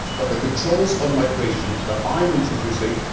but the controls on migration that i'm introducing,